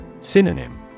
Synonym